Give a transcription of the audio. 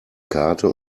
karte